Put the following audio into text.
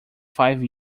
five